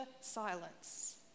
silence